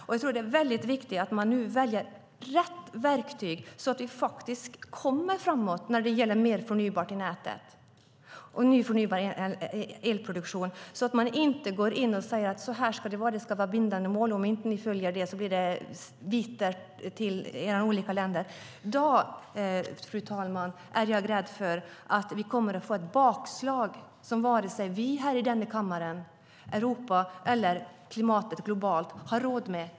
Jag tror att det är väldigt viktigt att man nu väljer rätt verktyg, så att vi faktiskt kommer framåt när det gäller förnybart i nätet och ny förnybar elproduktion. Man ska inte gå in och säga: Så här ska det vara - det ska vara bindande mål, och om inte ni följer det blir det bittert för era olika länder! Då, fru talman, är jag rädd att vi kommer att få ett bakslag som vi i denna kammare, vi i Europa och det globala klimatet inte har råd med.